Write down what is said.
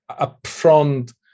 upfront